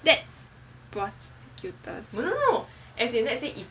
that's prosecutors